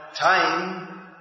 time